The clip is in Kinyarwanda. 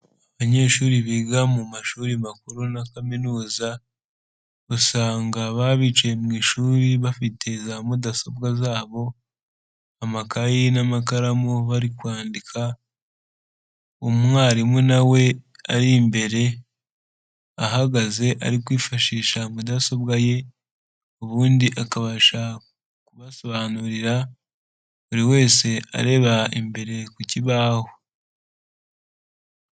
Abanyeshuri biga mu mashuri makuru na kaminuza, usanga baba bicaye mu ishuri bafite za mudasobwa zabo, amakayi n'amakaramu bari kwandika, umwarimu nawe ari imbere ahagaze ari kwifashisha mudasobwa ye, ubundi akabasha kubasobanurira, buri wese areba imbere ku kibaho.